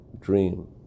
dream